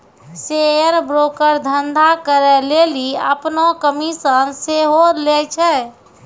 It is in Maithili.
शेयर ब्रोकर धंधा करै लेली अपनो कमिशन सेहो लै छै